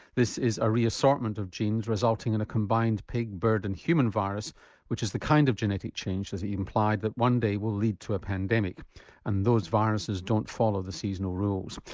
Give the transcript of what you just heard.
this is a re-assortment of genes resulting in a combined pig, bird and human virus which is the kind of genetic change, as he implied, that one day will lead to a pandemic and those viruses don't follow the seasonal rules.